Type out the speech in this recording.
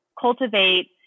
cultivate